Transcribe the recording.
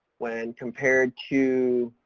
when compared to,